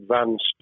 advanced